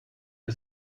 ihr